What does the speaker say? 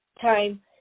time